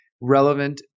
relevant